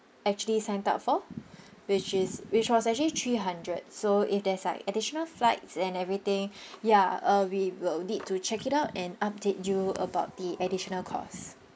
actually signed up for which is which was actually three hundred so if there's like additional flights and everything ya uh we will need to check it out and update you about the additional costs